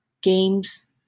games